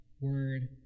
word